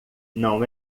não